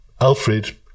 Alfred